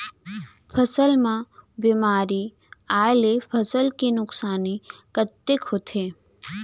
फसल म बेमारी आए ले फसल के नुकसानी कतेक होथे?